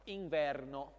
inverno